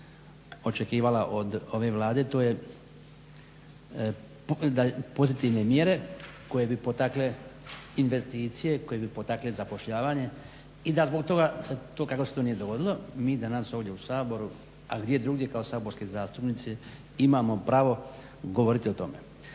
očekivala od ove Vlade to je da pozitivne mjere koje bi potakle investicije, koje bi potakle zapošljavanje i kako se to nije dogodilo mi danas ovdje u Saboru, a gdje drugdje kao saborski zastupnici imamo pravo govoriti o tome.